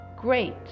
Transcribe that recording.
Great